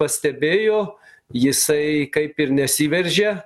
pastebėjo jisai kaip ir nesiveržia